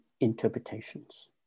interpretations